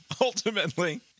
Ultimately